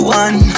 one